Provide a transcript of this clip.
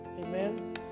Amen